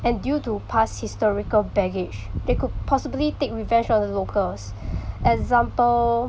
and due to past historical baggage they could possibly take revenge on the locals example